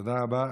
תודה רבה.